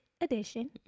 edition